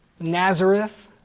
Nazareth